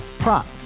Prop